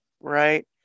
Right